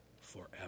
forever